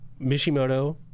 Mishimoto